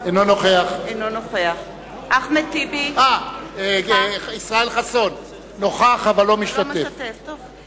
אינו נוכח אחמד טיבי, אינו משתתף בהצבעה